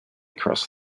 cross